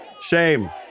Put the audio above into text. shame